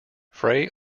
frey